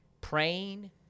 praying